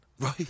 Right